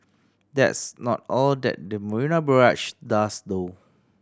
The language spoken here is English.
that's not all that the Marina Barrage does though